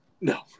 No